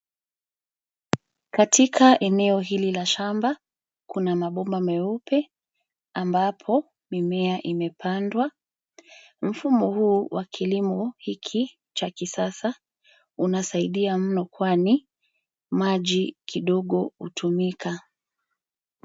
Katika eneo hili la shamba, kuna mabomba meupe ambapo mimea imepandwa. Mfumo huu wa kilimo hiki cha kisasa unasaidia mno, kwani maji kidogo hutumika.